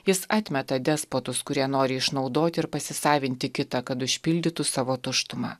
jis atmeta despotus kurie nori išnaudoti ir pasisavinti kitą kad užpildytų savo tuštumą